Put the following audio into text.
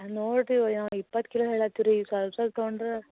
ಆ ನೋಡಿರಿವಯ ಇಪ್ಪತ್ತು ಕಿಲೋ ಹೇಳತ್ತೀವಿ ಸ್ವಲ್ಪ ಸ್ವಲ್ಪ ತಗೊಂಡ್ರೆ